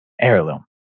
heirloom